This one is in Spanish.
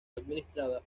administrada